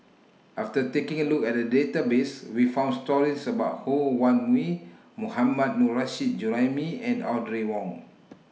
after taking A Look At The Database We found stories about Ho Wan Me Mohammad Nurrasyid Juraimi and Audrey Wong